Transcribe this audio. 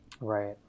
Right